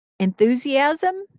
Enthusiasm